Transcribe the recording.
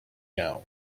gown